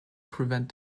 prevent